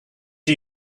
are